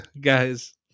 guys